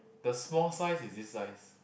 the small size is this size